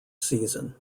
season